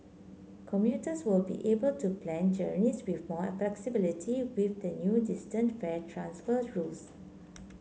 commuters will be able to plan journeys with more flexibility with the new distance fare transfer rules